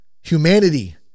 humanity